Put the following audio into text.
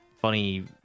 funny